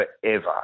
forever